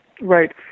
Right